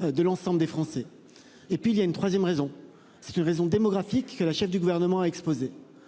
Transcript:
De l'ensemble des Français. Et puis il y a une 3ème raison c'est une raison démographique que la chef du gouvernement a exposé.